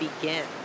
begin